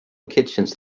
kitchens